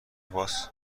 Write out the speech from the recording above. باس